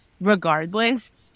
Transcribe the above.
regardless